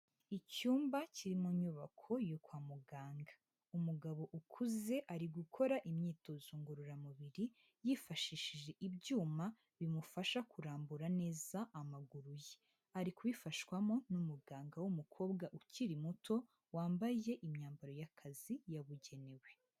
Icyumba kiri mu nyubako yo kwa muganga, umugabo ukuze ari gukora imyitozo ngororamubiri yifashishije ibyuma bimufasha kurambura neza amaguru ye, ari kubifashwamo n'umuganga w'umukobwa ukiri muto wambaye imyambaro y'akazi yabugenewe.